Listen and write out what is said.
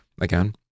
again